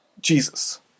Jesus